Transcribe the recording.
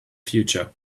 future